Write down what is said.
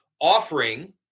offering